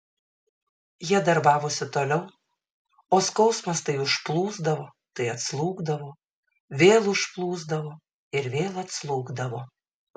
jie darbavosi toliau o skausmas tai užplūsdavo tai atslūgdavo vėl užplūsdavo ir vėl atslūgdavo